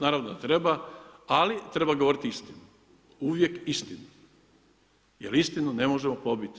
Naravno da treba, ali treba govoriti istinu, uvijek istinu jer istinu ne možemo pobiti.